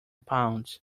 pounds